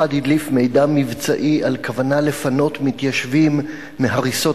אחד הדליף מידע מבצעי על כוונה לפנות מתיישבים מהריסות